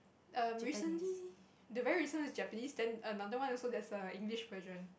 um recently the very recent one is Japanese then another one also there's a English version